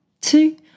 two